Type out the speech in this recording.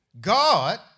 God